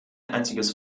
einziges